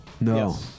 No